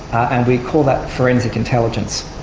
and we call that forensic intelligence.